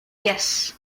yes